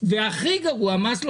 גם משלם.